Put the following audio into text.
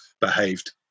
behaved